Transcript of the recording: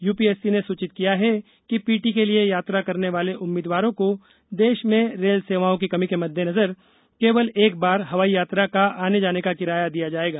UPSC ने सूचित किया है कि पीटी के लिए यात्रा करने वाले उम्मीदवारों को देश में रेल सेवाओं की कमी के मद्देनज़र केवल एक बार हवाई यात्रा का आने जाने का किराया दिया जाएगा